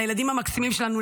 לילדים המקסימים שלנו,